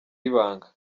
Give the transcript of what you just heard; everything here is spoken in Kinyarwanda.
ibanga